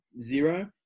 zero